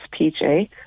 PJ